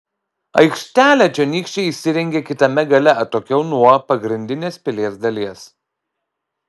aikštelę čionykščiai įsirengė kitame gale atokiau nuo pagrindinės pilies dalies